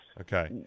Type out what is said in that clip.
Okay